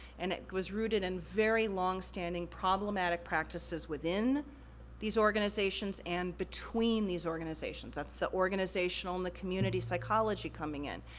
and it was rooted in very longstanding problematic practices within these organizations and between these organizations. that's the organizational and the community psychology coming in.